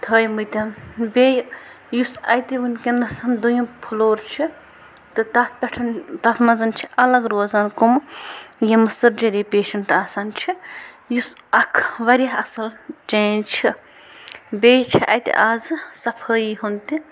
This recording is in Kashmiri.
تھٲیمٕتۍ بیٚیہِ یُس اَتہِ وٕنۍکٮ۪نَس دۄیِم فٕلور چھُ تہٕ تَتھ پٮ۪ٹھ تَتھ منٛز چھِ الگ روزان کٔمہٕ یِمہٕ سٔرجٔری پیشنٛٹ آسان چھِ یُس اَکھ واریاہ اَصٕل چینٛج چھِ بیٚیہِ چھِ اَتہِ آزٕ صفٲیی ہُنٛد تہِ